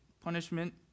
punishment